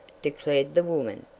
declared the woman,